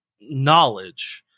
knowledge